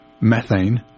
methane